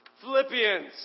Philippians